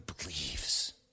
believes